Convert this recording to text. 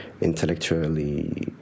intellectually